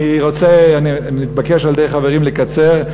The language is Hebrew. אני מתבקש על-ידי החברים לקצר,